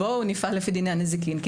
להגיד: בואו נפעל לפי דיני הנזיקין; כי